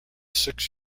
six